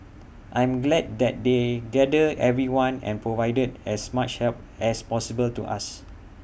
I am glad that they gathered everyone and provided as much help as possible to us